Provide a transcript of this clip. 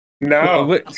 No